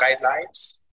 guidelines